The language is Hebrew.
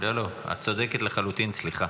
את צודקת לחלוטין, סליחה.